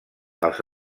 els